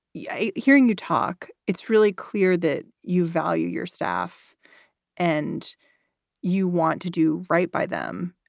yeah hearing you talk, it's really clear that you value your staff and you want to do right by them.